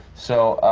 so